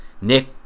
Nick